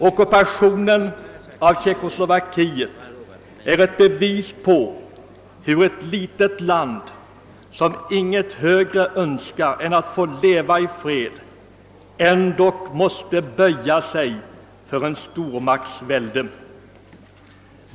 Ockupationen av Tjeckoslovakien är ett bevis på hur ett litet land, som inget högre önskar än att få leva i fred, ändå måste böja sig för en stormakt.